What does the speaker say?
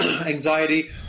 anxiety